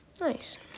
Nice